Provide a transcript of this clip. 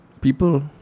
people